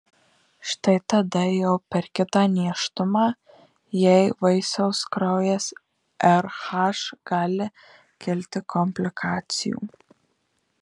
štai tada jau per kitą nėštumą jei vaisiaus kraujas rh gali kilti komplikacijų